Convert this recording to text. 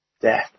death